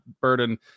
burden